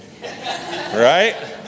Right